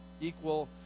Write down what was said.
equal